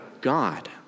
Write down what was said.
God